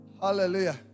Hallelujah